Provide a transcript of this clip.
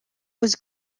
was